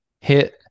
hit